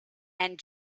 and